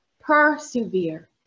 persevere